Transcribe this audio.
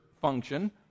function